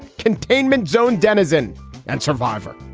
containment zone denizen and survivor.